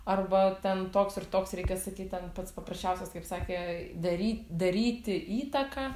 arba ten toks ir toks reikia sakyt ten pats paprasčiausias kaip sakė dary daryti įtaką